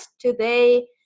Today